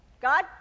God